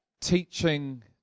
teaching